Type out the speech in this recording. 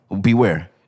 Beware